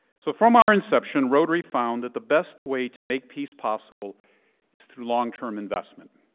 so from our inception, rotary found that the best way to make peace possible is through long term investment.